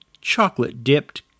chocolate-dipped